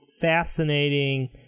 fascinating